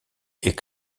est